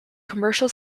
commercial